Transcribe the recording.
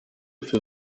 für